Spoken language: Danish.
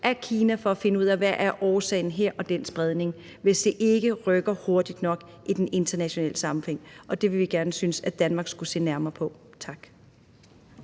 af Kina for at finde ud af, hvad årsagen er til den spredning, hvis det ikke rykker hurtigt nok i international sammenhæng, og det synes vi Danmark skulle se nærmere på. Tak.